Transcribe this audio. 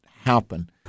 happen